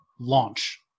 Launch